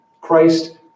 Christ